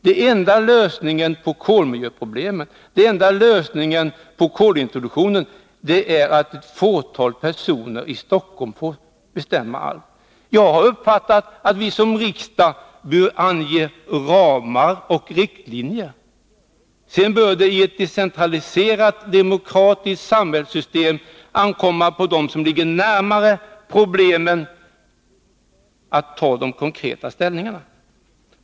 Den enda lösningen på kolmiljöproblemet, den enda lösningen på kolintroduktionen är att ett fåtal personer i Stockholm får bestämma allt. Jag har uppfattat det så att vi i riksdagen bör ange ramar och riktlinjer. Sedan bör det i ett decentraliserat demokratiskt samhällssystem ankomma på dem som står närmare problemen att göra de konkreta ställningstagandena.